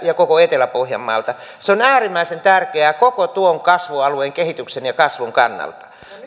ja koko etelä pohjanmaalta se on äärimmäisen tärkeää koko tuon kasvualueen kehityksen ja kasvun kannalta